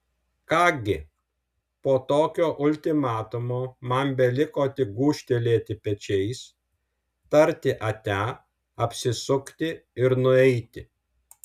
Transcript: ką gi po tokio ultimatumo man beliko tik gūžtelėti pečiais tarti ate apsisukti ir nueiti